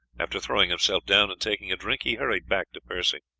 after throwing himself down and taking a drink, he hurried back to percy.